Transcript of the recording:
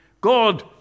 God